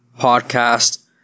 podcast